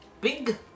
big